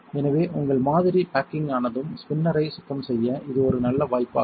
எனவே உங்கள் மாதிரி பேக்கிங் ஆனதும் ஸ்பின்னரை சுத்தம் செய்ய இது ஒரு நல்ல வாய்ப்பாகும்